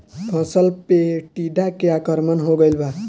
फसल पे टीडा के आक्रमण हो गइल बा?